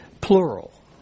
plural